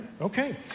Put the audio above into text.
okay